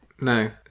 No